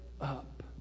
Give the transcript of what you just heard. up